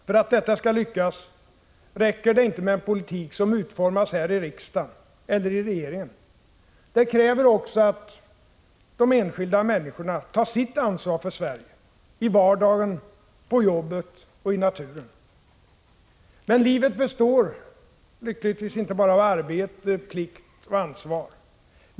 För att detta skall lyckas räcker det inte med en politik som utformas här i riksdagen eller i regeringen. Det krävs också att de enskilda människorna tar sitt ansvar för Sverige — i vardagen, på jobbet och i naturen. Men livet består lyckligtvis inte bara av arbete, plikt och ansvar.